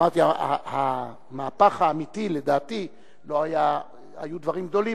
היו דברים גדולים,